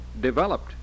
developed